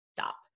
stop